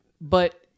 But-